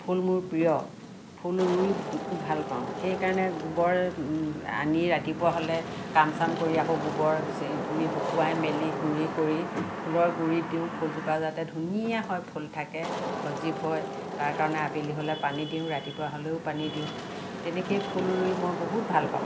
ফুল মোৰ প্ৰিয় ফুল ৰুই খুব ভাল পাওঁ সেইকাৰণে গোবৰ আনি ৰাতিপুৱা হ'লে কাম চাম কৰি আকৌ গোবৰ শুকোৱাই মেলি গুড়ি কৰি ফুলৰ গুৰিত দিওঁ ফুলজোপা যাতে ধুনীয়া হৈ ফুলি থাকে সজীৱ হয় তাৰকাৰণে আবেলি হ'লে পানী দিওঁ ৰাতিপুৱা হ'লেও পানী দিওঁ তেনেকৈয়ে ফুল ৰুই মই বহুত ভাল পাওঁ